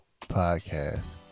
podcast